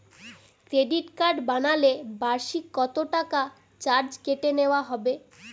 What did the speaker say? Credit card বানালে বার্ষিক কত টাকা চার্জ কেটে নেওয়া হবে?